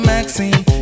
Maxine